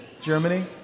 Germany